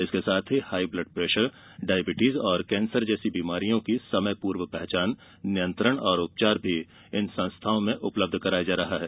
इसके साथ ही हाई ब्लड प्रेशर डायबिटीज और केंसर जैसी बीमारियों की समय पूर्व पहचान नियंत्रण एवं उपचार भी इन संस्थाओं में उपलब्ध कराया जा रहा है